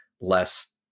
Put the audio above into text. less